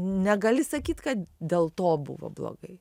negali sakyt kad dėl to buvo blogai